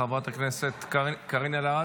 חברת הכנסת קארין אלהרר.